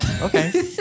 Okay